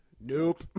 nope